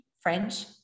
French